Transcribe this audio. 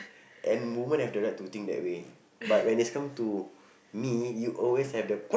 and women have the right to think that way but when is come to me you always have the